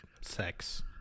sex